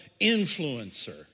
influencer